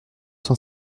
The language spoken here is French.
cent